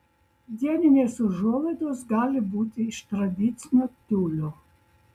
dieninės užuolaidos gali būti iš tradicinio tiulio